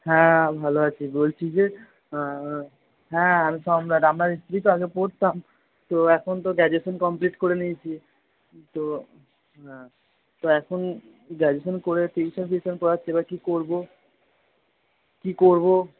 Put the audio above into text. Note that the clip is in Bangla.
হ্যাঁ ভালো আছি বলছি যে হ্যাঁ আমি সম্রাট আপনার স্কুলেই তো আগে পড়তাম তো এখন তো গ্র্যাজুয়েশন কমপ্লিট করে নিয়েছি তো হ্যাঁ তো এখন গ্র্যাজুয়েশন করে টিউশান ফিউশান পড়াচ্ছি এবার কী করব কী করব